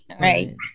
right